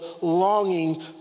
longing